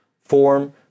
form